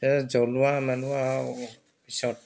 জ্বলোৱা মেলোৱা পিছত